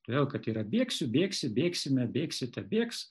todėl kad yra bėgsiu bėgsi bėgsime bėgsite bėgs